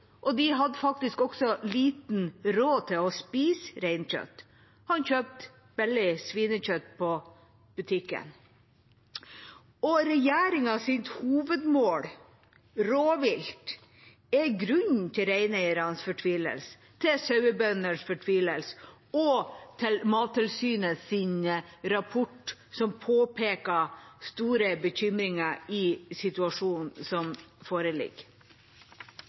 tradisjonen. De hadde faktisk nesten ikke råd til å spise reinkjøtt. Han kjøpte billig svinekjøtt på butikken. Regjeringas hovedmål, rovvilt, er grunnen til reineiernes og sauebøndenes fortvilelse og Mattilsynets rapport, som påpeker store bekymringer i situasjonen som foreligger.